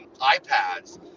iPads